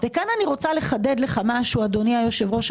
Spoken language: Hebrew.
כאן אני רוצה לחדד לך משהו אדוני היושב-ראש,